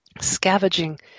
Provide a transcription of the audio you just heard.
Scavenging